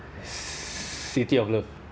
city of love